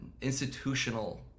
institutional